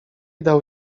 dał